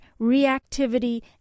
reactivity